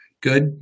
good